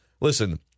Listen